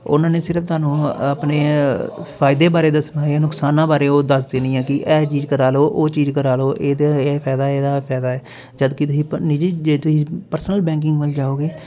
ਉਹਨਾਂ ਨੇ ਸਿਰਫ਼ ਤੁਹਾਨੂੰ ਆਪਣੇ ਫ਼ਾਇਦੇ ਬਾਰੇ ਦੱਸਣਾ ਜਾਂ ਨੁਕਸਾਨਾਂ ਬਾਰੇ ਉਹ ਦੱਸ ਦੇਣੀ ਆ ਕਿ ਇਹ ਚੀਜ਼ ਕਰਾ ਲਓ ਉਹ ਚੀਜ਼ ਕਰਾ ਲਓ ਇਹਦਾ ਇਹ ਫ਼ਾਇਦਾ ਇਹਦਾ ਇਹ ਫ਼ਾਇਦਾ ਹੈ ਜਦੋਂ ਕਿ ਤੁਸੀਂ ਨਿੱਜੀ ਜੇ ਤੁਸੀਂ ਪਰਸਨਲ ਬੈਂਕਿੰਗ ਵੱਲ ਜਾਓਗੇ